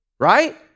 Right